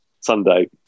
Sunday